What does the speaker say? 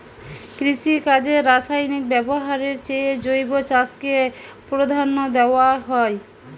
কৃষিকাজে রাসায়নিক ব্যবহারের চেয়ে জৈব চাষকে প্রাধান্য দেওয়া হয়